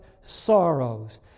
sorrows